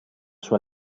sua